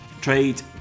Trade